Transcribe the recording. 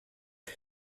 mit